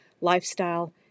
lifestyle